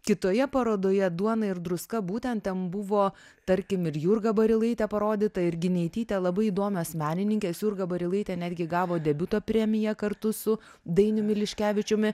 kitoje parodoje duona ir druska būtent ten buvo tarkim ir jurga barilaitė parodyta ir gineitytė labai įdomios menininkės jurga barilaitė netgi gavo debiuto premiją kartu su dainiumi liškevičiumi